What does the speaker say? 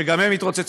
שגם הם התרוצצו.